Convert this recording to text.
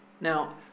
Now